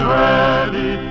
ready